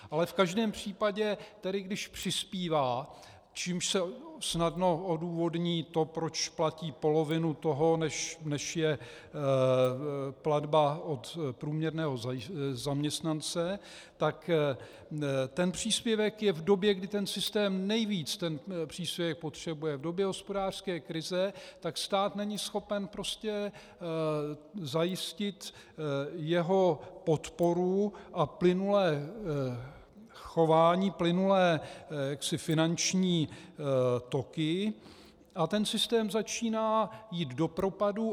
Ale v každém případě tedy, když přispívá, čímž se snadno odůvodní to, proč platí polovinu toho, než je platba od průměrného zaměstnance, tak ten příspěvek je v době, kdy systém nejvíc ten příspěvek potřebuje, v době hospodářské krize tak stát není schopen prostě zajistit jeho podporu a plynulé chování, plynulé finanční toky, a ten systém začíná jít do propadu.